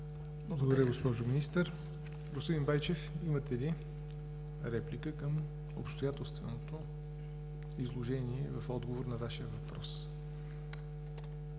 Благодаря, госпожо Министър. Господин Байчев, имате ли реплика към обстоятелственото изложение в отговор на Вашия въпрос?